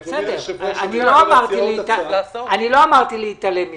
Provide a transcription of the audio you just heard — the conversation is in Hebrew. אני לא אמרתי להתעלם מזה.